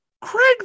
Craig